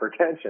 hypertension